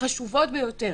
החשובות ביותר.